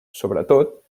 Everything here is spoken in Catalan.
sobretot